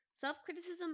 Self-criticism